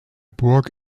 burg